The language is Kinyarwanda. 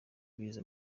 bize